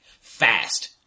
Fast